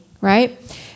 right